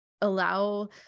allow